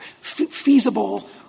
feasible